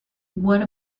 what